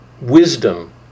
wisdom